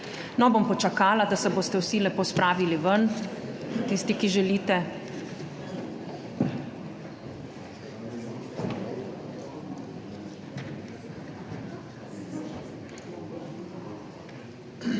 No bom počakala, da se boste vsi lepo spravili ven, tisti, ki želite.